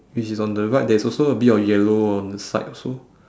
which is on the right there is also a bit of yellow on the side also